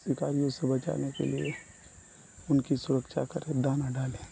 शिकारियों से बचाने के लिए उनकी सुरक्षा करें दाना डालें